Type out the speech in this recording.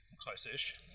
close-ish